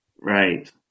Right